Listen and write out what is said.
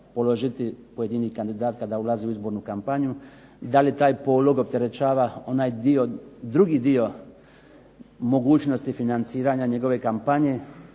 položiti pojedini kandidat kada ulazi u izbornu kampanju, da li taj polog opterećava onaj dio, drugi dio mogućnosti financiranja njegove kampanje,